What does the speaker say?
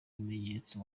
ibimenyetso